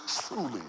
truly